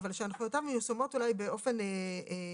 ומפוקחים על ידו,